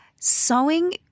Sewing